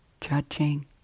judging